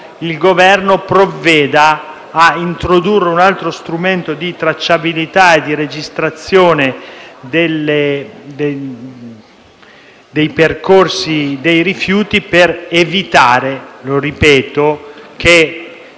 il Governo provveda a introdurre un altro strumento di tracciabilità e di registrazione dei percorsi dei rifiuti per evitare che - ripeto -